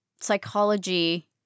psychology